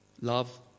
Love